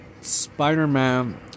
Spider-Man